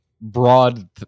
broad